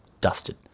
dusted